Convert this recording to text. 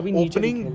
opening